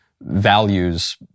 values